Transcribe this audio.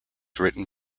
written